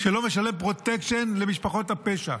שלא משלם פרוטקשן למשפחות הפשע.